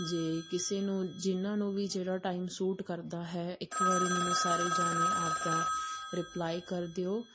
ਜੇ ਕਿਸੇ ਨੂੰ ਜਿਹਨਾਂ ਨੂੰ ਵੀ ਜਿਹੜਾ ਟਾਈਮ ਸੂਟ ਕਰਦਾ ਹੈ ਇੱਕ ਵਾਰੀ ਮੈਨੂੰ ਸਾਰੇ ਜਣੇ ਆਪਦਾ ਰਿਪਲਾਈ ਕਰ ਦਿਓ